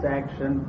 action